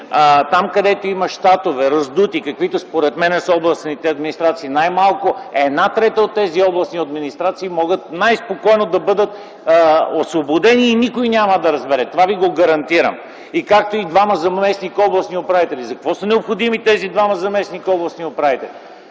там, където има раздути щатове, каквито според мен са областните администрации. Най-малко една трета от тези областни администрации могат най-спокойно да бъдат освободени и никой няма да разбере. Това Ви го гарантирам. Както и двама заместник областни управители. За какво са необходими тези двама заместник областни управители?